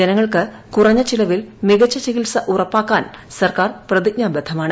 ജനങ്ങൾക്ക് കുറഞ്ഞ ചെലവിൽ മികച്ച ചികിത്സ ഉറപ്പാക്കാൻ സർക്കാർ പ്രതിജ്ഞാബദ്ധമാണ്